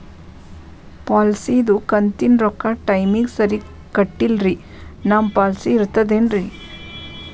ಪಾಲಿಸಿದು ಕಂತಿನ ರೊಕ್ಕ ಟೈಮಿಗ್ ಸರಿಗೆ ಕಟ್ಟಿಲ್ರಿ ನಮ್ ಪಾಲಿಸಿ ಇರ್ತದ ಏನ್ರಿ?